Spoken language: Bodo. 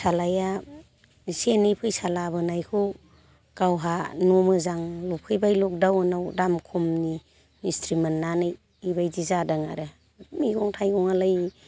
फिसाज्लाया एसे एनै फैसा लाबोनायखौ गावहा न' मोजां लुफैबाय लकडाउनाव दाम खमनि मिस्थ्रि मोननानै बेबायदि जादों आरो मैगं थाइगंआलाय